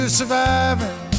surviving